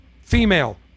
female